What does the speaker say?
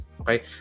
Okay